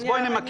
אז אני,